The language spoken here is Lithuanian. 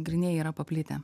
grynieji yra paplitę